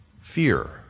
fear